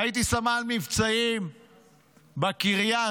הייתי סמל מבצעים בקריה,